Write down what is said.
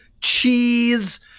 cheese